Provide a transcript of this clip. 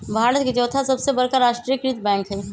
भारत के चौथा सबसे बड़का राष्ट्रीय कृत बैंक हइ